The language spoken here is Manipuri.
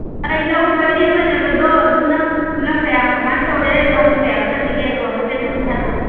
ꯍꯣꯏ ꯂꯧ ꯄꯔꯤ ꯑꯃꯅꯦꯕ ꯑꯗꯣ ꯑꯗꯨ ꯅꯪ ꯈꯨꯂꯪ ꯀꯌꯥꯝ ꯀꯃꯥꯏ ꯇꯧꯔꯦ ꯂꯧꯅ ꯀꯌꯥꯝ ꯆꯠꯂꯤꯒꯦ ꯑꯗꯣ ꯍꯥꯏꯐꯦꯠꯇ ꯑꯝꯇ ꯍꯥꯏꯔꯛꯑꯣ